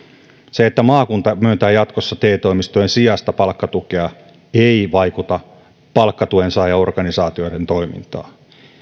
se että maakunta myöntää jatkossa te toimistojen sijasta palkkatukea ei vaikuta palkkatuensaajaorganisaatioiden toimintaan